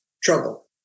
trouble